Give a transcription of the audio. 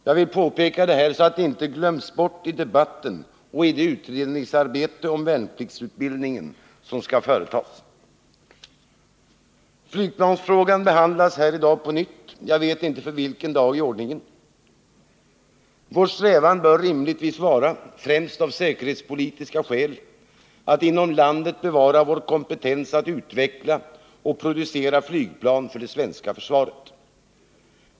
Jag vill påpeka det här så att det inte glöms bort i debatten och i det utredningsarbete om värnpliktsutbildningen som skall företas. Flygplansfrågan behandlas här i dag på nytt — jag vet inte för vilken gång i ordningen. Vår strävan bör rimligtvis vara — främst av säkerhetspolitiska skäl — att inom landet bevara vår kompetens att utveckla och producera flygplan för det svenska försvaret.